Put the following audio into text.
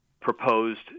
proposed